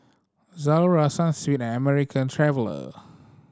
Zalora Sunsweet and American Traveller